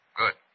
good